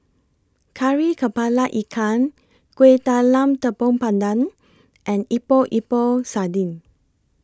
Kari Kepala Ikan Kueh Talam Tepong Pandan and Epok Epok Sardin